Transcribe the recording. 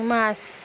মাছ